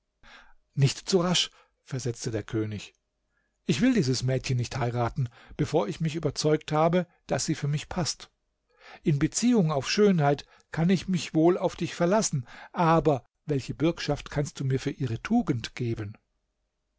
nicht zu rasch versetzte der könig ich will dieses mädchen nicht heiraten bevor ich mich überzeugt habe daß sie für mich paßt in beziehung auf schönheit kann ich mich wohl auf dich verlassen aber welche bürgschaft kannst du mir für ihre tugend geben